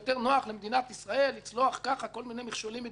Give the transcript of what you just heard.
למדינת ישראל לצלוח ככה כל מיני מכשולים מדיניים